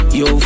yo